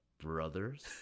brothers